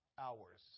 Hours